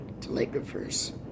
telegraphers